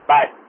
Bye